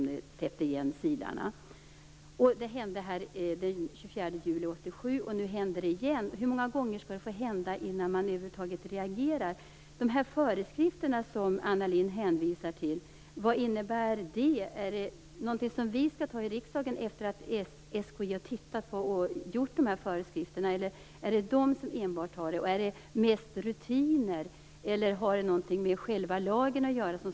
Det hände vidare alltså i Oskarshamn den 24 juli, och nu hände det igen. Hur många gånger skall det få hända innan man reagerar? Vad innebär de föreskrifter som Anna Lindh hänvisar till? Är det någonting som vi skall anta i riksdagen efter det att SKI har gjort dem? Eller är det bara SKI som antar dem? Handlar de mest om rutiner, eller har de någonting att göra med själva lagen?